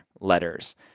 letters